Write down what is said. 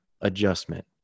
adjustment